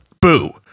boo